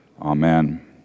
Amen